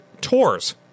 tours